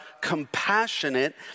compassionate